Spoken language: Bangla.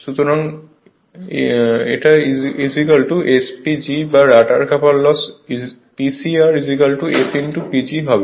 সুতরাং SPG বা rotor copper loss Pcr S PG হবে